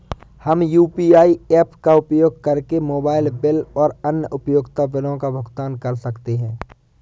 हम UPI apps का उपयोग करके मोबाइल बिल और अन्य उपयोगिता बिलों का भुगतान कर सकते हैं